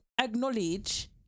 acknowledge